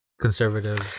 conservatives